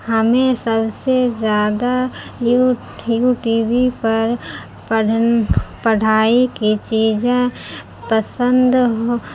ہمیں سب سے زیادہ یو یو ٹی وی پر پڑھ پڑھائی کی چیزیں پسند ہو